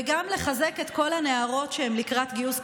וגם לחזק את כל הנערות שהן לקראת גיוס,